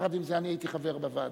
יחד עם זה, אני הייתי חבר בוועדה.